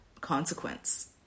consequence